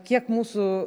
kiek mūsų